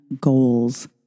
goals